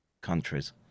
countries